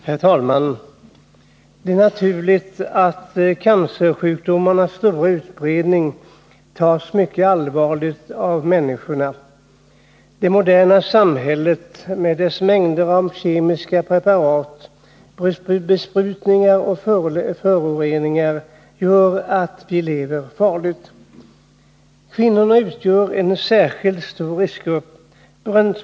Herr talman! Det är naturligt att människorna tar mycket allvarligt på cancersjukdomarnas stora utbredning. Det moderna samhället med dess mängder av kemiska preparat, besprutningar och föroreningar gör att vi lever farligt. Kvinnorna utgör en särskilt stor riskgrupp.